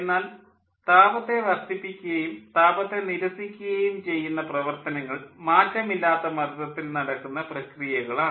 എന്നാൽ താപത്തെ വർദ്ധിപ്പിക്കുകയും താപത്തെ നിരസിക്കുകയും ചെയ്യുന്ന പ്രവർത്തനങ്ങൾ മാറ്റമില്ലാത്ത മർദ്ദത്തിൽ നടക്കുന്ന പ്രക്രിയകൾ ആണ്